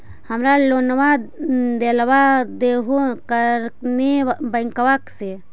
हमरा लोनवा देलवा देहो करने बैंकवा से?